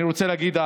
אני רוצה להגיד,